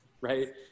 right